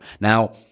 Now